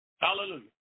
hallelujah